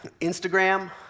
Instagram